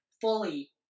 fully